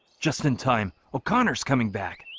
just in time, o'connor's coming back.